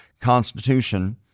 constitution